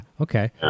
Okay